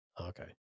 Okay